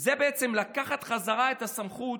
זה בעצם לקחת בחזרה את הסמכות